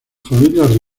familias